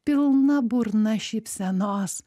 pilna burna šypsenos